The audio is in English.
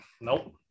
Nope